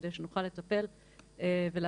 כדי שנוכל לטפל ולעזור,